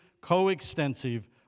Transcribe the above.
coextensive